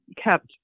kept